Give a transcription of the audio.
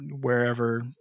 wherever